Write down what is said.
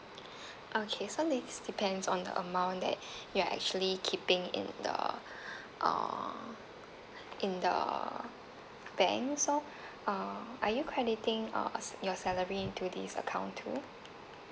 okay so next depends on the amount that you're actually keeping in the uh in the bank so uh are you crediting uh s~ your salary into this account too